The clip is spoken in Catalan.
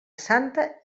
santa